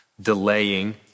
delaying